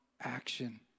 action